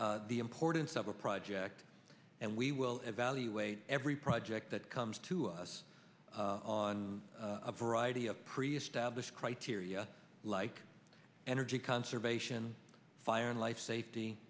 first the importance of a project and we will evaluate every project that comes to us on a variety of pre established criteria like energy conservation fire and life safety